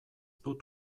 dut